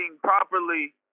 properly